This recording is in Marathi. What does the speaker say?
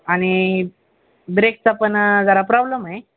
आणि ब्रेकचा पण जरा प्रॉब्लम आहे